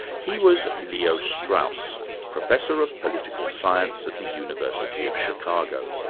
he was leo strauss, professor of political science at the university of chicago.